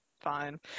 Fine